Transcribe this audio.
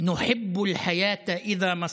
(אומר בערבית ומתרגם:)